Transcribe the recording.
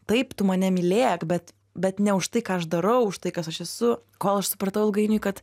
taip tu mane mylėk bet bet ne už tai ką aš darau už tai kas aš esu kol aš supratau ilgainiui kad